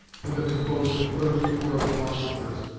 whether composed of clergy or of philosophers,